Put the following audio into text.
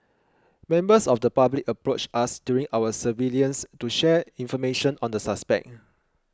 members of the public approached us during our surveillance to share information on the suspect